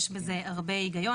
יש בזה הרבה היגיון.